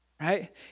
right